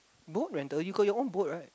boat rental you got your own boat right